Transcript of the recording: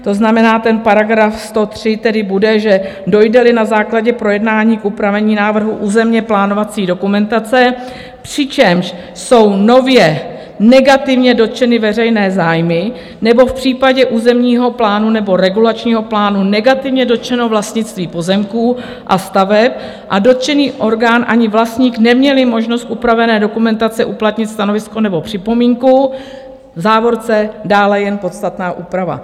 To znamená, § 103 tedy bude, že dojdeli na základě projednání k upravení návrhu územněplánovací dokumentace, přičemž jsou nově negativně dotčeny veřejné zájmy, nebo v případě územního plánu nebo regulačního plánu negativně dotčeno vlastnictví pozemků a staveb a dotčený orgán ani vlastník neměli možnost upravené dokumentace uplatnit stanovisko nebo připomínku, v závorce dále jen podstatná úprava.